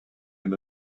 can